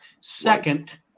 Second